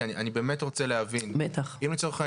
כי אני באמת רוצה להבין, אם לצורך העניין,